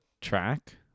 track